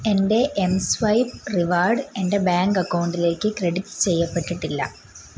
എന്റെ M swipe reward എന്റെ bank അക്കൗണ്ടിലേക്ക് ക്രെഡിറ്റ് ചെയ്യപ്പെട്ടിട്ടില്ല